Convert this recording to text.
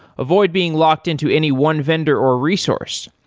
avoid being locked-in to any one vendor or resource.